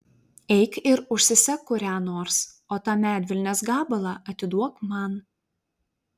eik ir užsisek kurią nors o tą medvilnės gabalą atiduok man